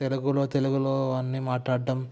తెలుగులో తెలుగులో అన్నీ మాట్లాడటం